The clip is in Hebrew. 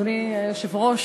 אדוני היושב-ראש,